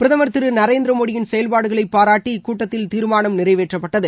பிரதம் திரு நரேந்திர மோடியின் செயவ்பாடுகளை பாராட்டி இக்கூட்டத்தில் தீாமானம் நிறைவேற்றப்பட்டது